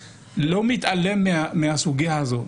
אני לא מתעלם מהסוגיה הזאת.